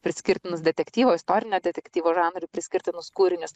priskirtinus detektyvo istorinio detektyvo žanrui priskirtinus kūrinius